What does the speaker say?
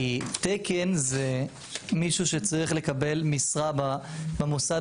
כי תקן זה מישהו שצריך לקבל משרה במוסד